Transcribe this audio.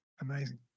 Amazing